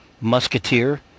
musketeer